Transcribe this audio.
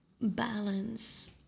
balance